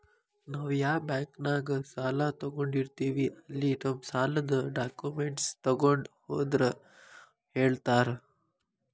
ನಾವ್ ಯಾ ಬಾಂಕ್ನ್ಯಾಗ ಸಾಲ ತೊಗೊಂಡಿರ್ತೇವಿ ಅಲ್ಲಿ ನಮ್ ಸಾಲದ್ ಡಾಕ್ಯುಮೆಂಟ್ಸ್ ತೊಗೊಂಡ್ ಹೋದ್ರ ಹೇಳ್ತಾರಾ